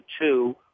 two